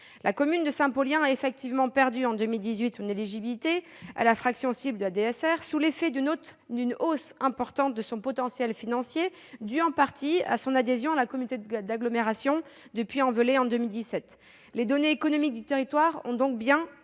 La commune de Saint-Paulien a perdu en 2018 son éligibilité à la fraction cible de la DSR sous l'effet d'une hausse importante de son potentiel financier, due en partie à son adhésion à la communauté d'agglomération du Puy-en-Velay en 2017. Les données économiques du territoire ont donc bien